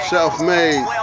Self-made